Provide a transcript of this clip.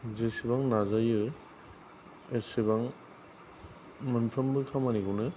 जेसेबां नाजायो एसेबां मोनफ्रोमबो खामानिखौनो